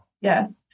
Yes